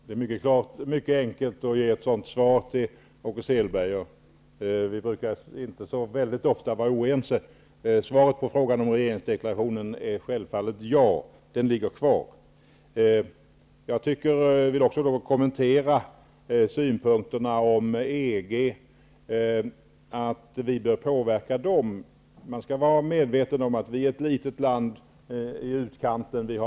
Fru talman! Det är mycket enkelt att ge Åke Selberg svar på den frågan. Vi brukar inte vara oense så ofta. Självfallet är svaret ja, på frågan när det gäller regeringsdeklarationen. Regeringsdeklarationen ligger fast. Jag vill också kommentera synpunkterna om att vi bör påverka EG. Man skall vara medveten om att vi är ett litet land i utkanten av EG.